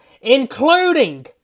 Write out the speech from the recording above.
Including